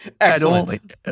Excellent